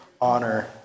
honor